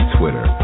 Twitter